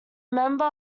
member